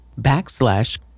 backslash